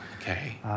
Okay